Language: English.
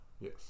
Yes